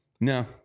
No